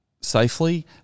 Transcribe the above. safely